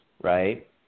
right